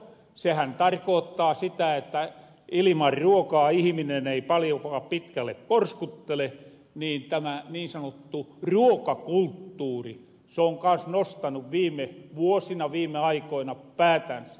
sehän tarkoottaa sitä että iliman ruokaa ihiminen ei paljonkaan pitkälle porskuttele ja tämä niin sanottu ruokakulttuuri se on kans nostanu viime vuosina viime aikoina päätänsä